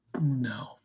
No